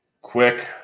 quick